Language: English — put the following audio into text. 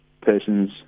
persons